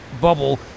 bubble